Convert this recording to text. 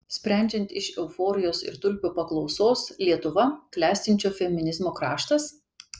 sprendžiant iš euforijos ir tulpių paklausos lietuva klestinčio feminizmo kraštas